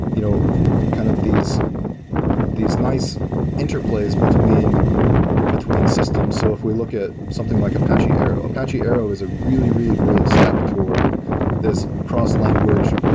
you know kind of these these nice inter-plays between system, system, so if we look at something like apache arrow. apache arrow is a really, really great step toward this cross-language,